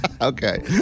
Okay